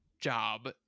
job